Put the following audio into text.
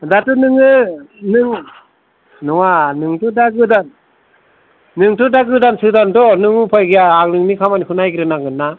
दाथ नोङो नों नङा नोंथ' दा गोदान नोंथ' दा गोदान सोदानथ' नों दा उफाय गैया आं नोंनि खामानिखौ नायग्रो नांगोन ना